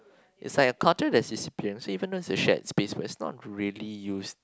yes I've encountered this experience so even though it's a shared space but it's not really used